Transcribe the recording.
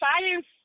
science